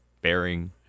bearing